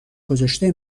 گذاشته